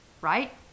right